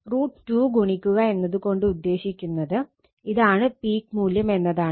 √ 2 ഗുണിക്കുക എന്നത് കൊണ്ട് ഉദ്ദേശിക്കുന്നത് ഇതാണ് പീക്ക് മൂല്യം എന്നതാണ്